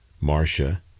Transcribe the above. Marcia